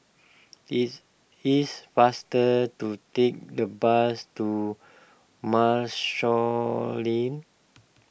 is it's faster to take the bus to Marshall Lane